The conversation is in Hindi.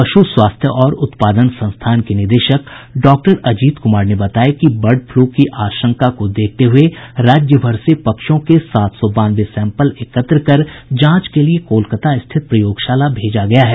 पशु स्वास्थ्य और उत्पादन संस्थान के निदेशक डॉक्टर अजित कुमार ने बताया कि बर्ड फ्लू की आशंका को देखते हये राज्यभर से पक्षियों के सात सौ बानवे सैम्पल एकत्र कर जांच के लिए कोलकाता स्थित प्रयोगशाला भेजा गया है